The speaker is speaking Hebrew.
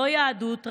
לא יהדות,